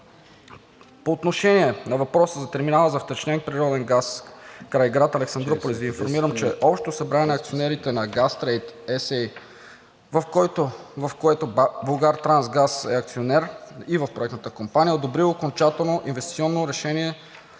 По отношение на въпроса за терминала за втечнен природен газ край град Александруполис Ви информирам, че Общото събрание на акционерите на „Газтрейд Ес Ей“, в което „Булгартрансгаз“ е акционер, и в проектната компания е одобрило окончателно инвестиционно решение